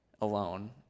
alone